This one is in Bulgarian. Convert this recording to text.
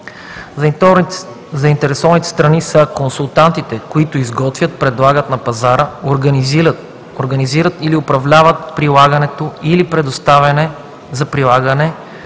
Заинтересовани страни са консултантите, които изготвят, предлагат на пазара, организират или управляват прилагането или предоставят за прилагане